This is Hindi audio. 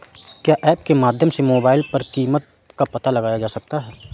क्या ऐप के माध्यम से मोबाइल पर कीमत का पता लगाया जा सकता है?